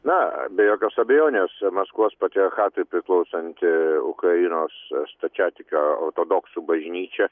na be jokios abejonės maskvos patriarchatui priklausanti ukrainos stačiatikių ortodoksų bažnyčia